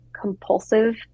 compulsive